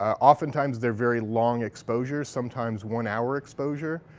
oftentimes they're very long exposure, sometimes one hour exposure.